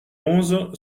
onze